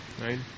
Right